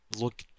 look